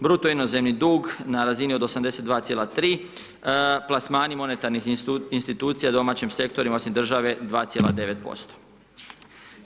Bruto inozemni dug, na razini od 82,3 plasmani monetarnih institucija domaćih sektorima osim države 2,9%